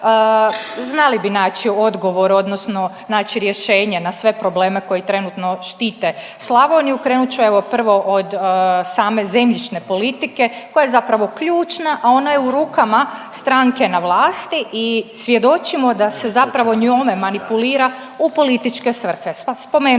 znali bi naći odgovor odnosno naći rješenje na sve probleme koji trenutno štite Slavoniju. Krenut ću, evo, prvo od same zemljišne politike koja je zapravo ključna, a ona je u rukama stranke na vlasti i svjedočimo da se zapravo njome manipulira u političke svrhe.